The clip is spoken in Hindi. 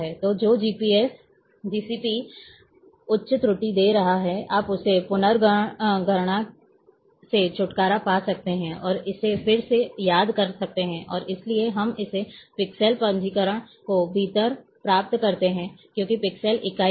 तो जो जीसीपी उच्च त्रुटि दे रहा है आप उस पुनर्गणना से छुटकारा पा सकते हैं और इसे फिर से याद कर सकते हैं और इसलिए हम इसे पिक्सेल पंजीकरण के भीतर प्राप्त करते हैं क्योंकि पिक्सेल इकाई है